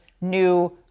new